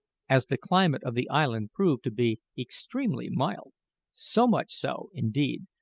as the climate of the island proved to be extremely mild so much so, indeed,